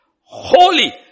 holy